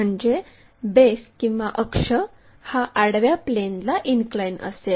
म्हणजे बेस किंवा अक्ष हा आडव्या प्लेनला इनक्लाइन असेल